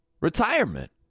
retirement